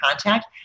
contact